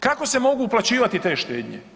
Kako se mogu uplaćivati te štednje?